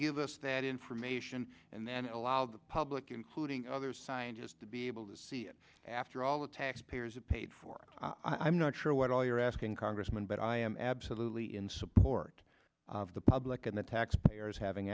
give us that information and then allow the public including other scientists to be able to see it after all the taxpayers have paid for i'm not sure what all you're asking congressman but i am absolutely in support of the public and the taxpayers having